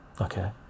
okay